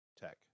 tech